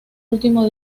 último